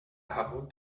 how